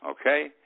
okay